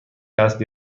اصلی